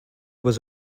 was